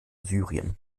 syrien